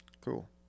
cool